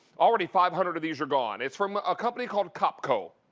already five hundred of these are gone. it's from a company called copco.